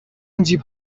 جیب